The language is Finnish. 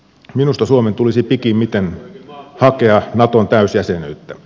minusta suomen tulisi pikimmiten hakea naton täysjäsenyyttä